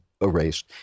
erased